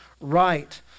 right